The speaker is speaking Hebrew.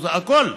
הוא הכול,